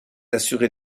assurer